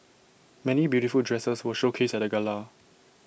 many beautiful dresses were showcased at the gala